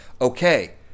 okay